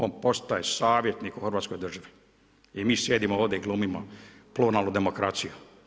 On postaje savjetnik u hrvatskoj državi i mi sjedimo ovdje i glumimo pluralnu demokraciju.